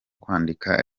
kwandika